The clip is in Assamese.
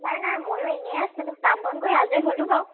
নাই নাই ময়ো এনেই আছিলোঁ কাম বন কৰি আজৰি হ'লোঁ বাৰু